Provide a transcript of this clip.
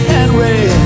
Henry